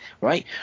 right